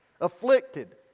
afflicted